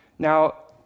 Now